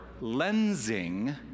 lensing